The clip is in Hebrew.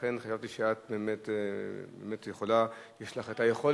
לכן חשבתי שאת באמת יכולה, שיש לך את היכולת,